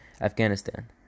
Afghanistan